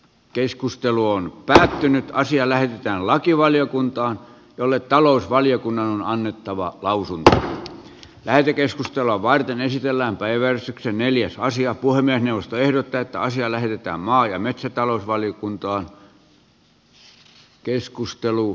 keskustelu on päättynyt ja lähettää lakivaliokuntaan jolle talousvaliokunnan on annettava lausunto lähetekeskustelua varten esitellään päivän eli asia puranen jaosto ehdottaa että asialle mitään maa ja mukana olleet